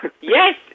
Yes